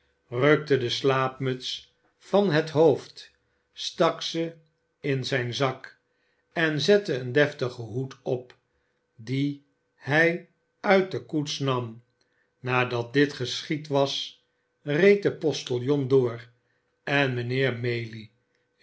rukte de slaapmuts van het hoofd stak ze in zijn zak en zette een deftigen hoed op dien hij uit de koets nam nadat dit geschied was reed de postiljon door en mijnheer maylie